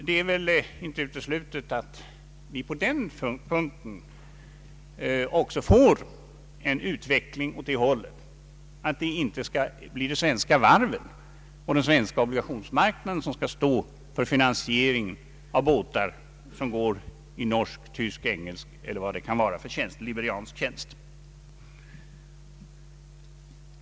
Det är väl inte uteslutet att vi på den punkten också får en utveckling åt det hållet, att det inte skall bli de svenska varven och den svenska obligationsmarknaden som skall stå för finansieringen av båtar som går i norsk, tysk, engelsk, liberiansk eller vad det kan vara för tjänst.